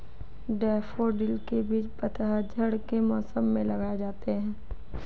daffodil के बीज पतझड़ के मौसम में लगाए जाते हैं